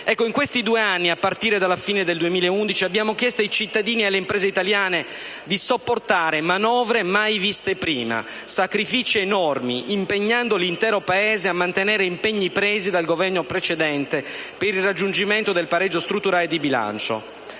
In questi due anni, a partire dalla fine del 2011, abbiamo chiesto ai cittadini e alle imprese italiane di sopportare manovre mai viste prima; l'intero Paese ha dovuto affrontare sacrifici enormi per mantenere gli impegni presi dal Governo precedente per il raggiungimento del pareggio strutturale di bilancio.